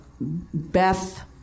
Beth